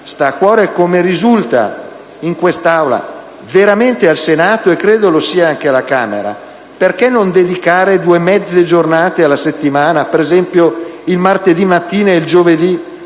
Senato - come risulta in quest'Aula, ma credo lo sia anche alla Camera - perché non dedicare due mezze giornate alla settimana, ad esempio il martedì mattina ed il giovedì,